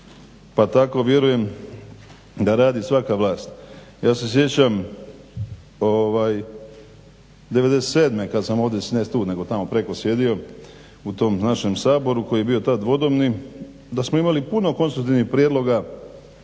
pa tako vjerujem da radi svaka vlast. Ja se sjećam '97. kad sam ovdje, ne tu nego tamo preko sjedio u tom našem Saboru koji je bio tad dvodomni, da smo imali puno konstruktivnih prijedloga